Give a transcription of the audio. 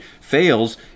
fails